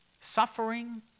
suffering